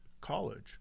college